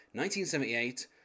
1978